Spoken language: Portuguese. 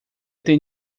tem